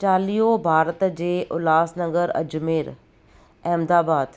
चालीहो भारत जे उल्हासनगर अजमेर अहमदाबाद